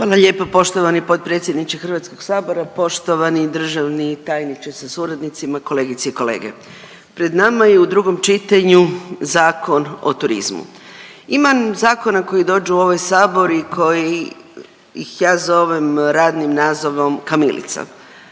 Hvala lijepo poštovani potpredsjedniče HS-a, poštovani državni tajnice sa suradnicima, kolegice i kolege. Pred nama je u drugom čitanju Zakon o turizmu. Ima zakona koji dođu u ovaj Sabor i koji ih ja zovem radnim nazovom kamilica,